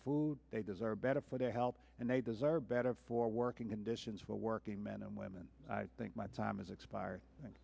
food they deserve better for their help and they deserve better for working conditions for working men and women i think my time has expired